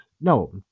No